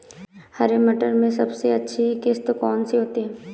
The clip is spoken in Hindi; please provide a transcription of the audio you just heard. हरे मटर में सबसे अच्छी किश्त कौन सी होती है?